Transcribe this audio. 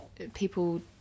people